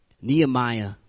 Nehemiah